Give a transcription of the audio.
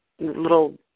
little